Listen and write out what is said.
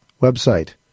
website